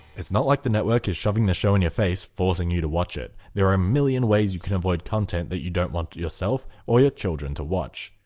it's not like the network is shoving the show in your face forcing you to watch it. there are a million ways you can avoid content you don't want yourself or your children to watch.